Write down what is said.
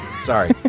Sorry